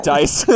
Dice